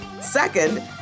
Second